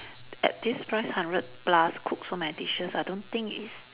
at this price hundred plus cook so many dishes I don't think is